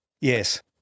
yes